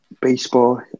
baseball